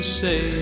say